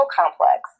complex